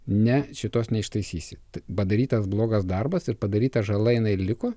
ne šituos neištaisysi padarytas blogas darbas ir padaryta žala jinai ir liko